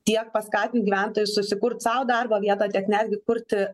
tiek paskatint gyventojus susikurt sau darbo vietą tiek netgi kurti